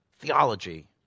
theology